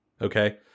okay